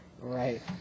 Right